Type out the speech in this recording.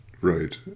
Right